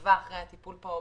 ועקבה אחרי הטיפול בכנסת,